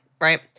right